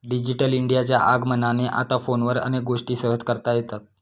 digital इंडियाच्या आगमनाने आता फोनवर अनेक गोष्टी सहज करता येतात